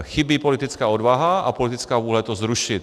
Chybí politická odvaha a politická vůle to zrušit.